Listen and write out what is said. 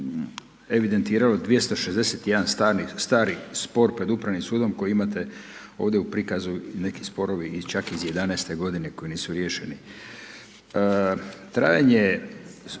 evidentiralo 261 stari spor pred Upravnim sudom koji imate ovdje u prikazu neki sporovi čak i iz '11. godine koji nisu rješenje. Trajanje